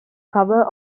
cover